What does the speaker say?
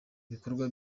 bikorwa